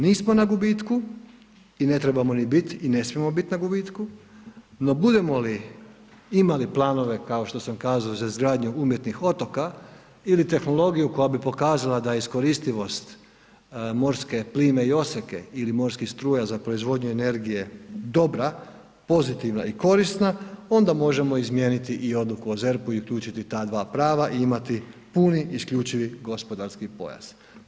Nismo na gubitku i ne trebamo ni biti i ne smijemo biti na gubitku, no budemo li imali planove kao što sam kazao za izgradnju umjetnih otoka ili tehnologiju koja bi pokazala da je iskoristivost morske plime i oseke ili morskih struja za proizvodnju energije dobra, pozitivna i korisna onda možemo izmijeniti i odluku o ZERP-u i uključiti ta dva prava i imati puni isključivi gospodarski pojas.